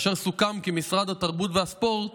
וסוכם כי משרד התרבות והספורט